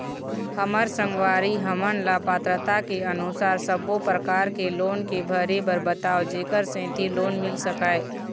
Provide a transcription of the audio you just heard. हमर संगवारी हमन ला पात्रता के अनुसार सब्बो प्रकार के लोन के भरे बर बताव जेकर सेंथी लोन मिल सकाए?